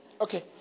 Okay